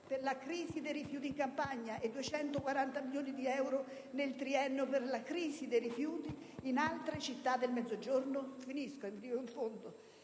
per la crisi dei rifiuti in Campania e di 240 milioni di euro nel triennio per la crisi dei rifiuti in altre città del Mezzogiorno?